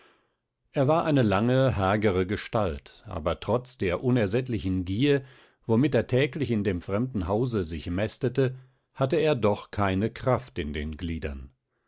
er war eine lange hagere gestalt aber trotz der unersättlichen gier womit er täglich in dem fremden hause sich mästete hatte er doch keine kraft in den gliedern